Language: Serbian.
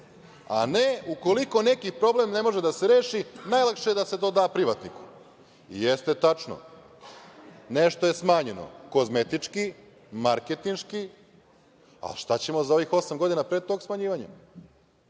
a ne ukoliko neki problem ne može da se reši, najlakše je da se to da privatniku. Jeste tačno, nešto je smanjeno kozmetički, marketinški, ali šta ćemo za ovih osam godina pre tog smanjivanja?